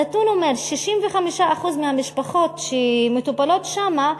הנתון אומר: 65% מהמשפחות שמטופלות שם,